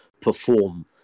perform